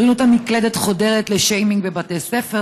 בריונות המקלדת חודרת בשיימינג בבתי ספר,